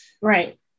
Right